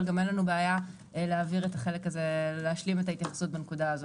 אבל גם אין לנו בעיה להשלים את ההתייחסות בנקודה הזאת.